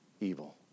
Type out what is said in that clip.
evil